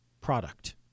product